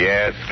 Yes